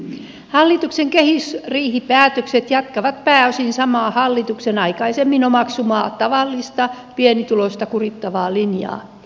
hallituksen kehysriihipäätökset jatkavat pääosin samaa hallituksen aikaisemmin omaksumaa tavallista pienituloista kurittavaa linjaa